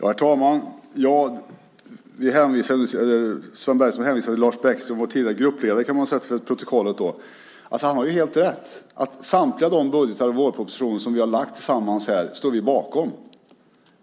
Herr talman! Sven Bergström hänvisade till Lars Bäckström, som var vår tidigare gruppledare, kan jag för protokollets skull säga. Han har helt rätt. Samtliga de budgetar och vårpropositioner som vi har lagt fram tillsammans här står vi bakom.